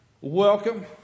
welcome